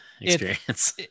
experience